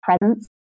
presence